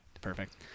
perfect